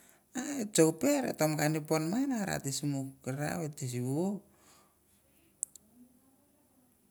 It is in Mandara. Chokpe ve tomkan ipon me waia simuk ra.